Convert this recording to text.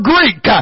Greek